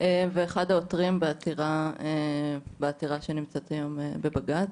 ואחד העותרים בעתירה שנמצאת היום בבג"צ